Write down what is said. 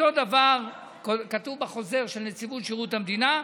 אותו דבר כתוב בחוזר של נציבות שירות המדינה,